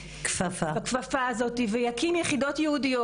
הכפפה הזאתי ויקים יחידות ייעודיות?